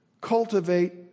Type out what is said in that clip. cultivate